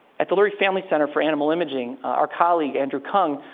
at the lurie family center for animal imaging, our colleague, andrew kung,